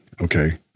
Okay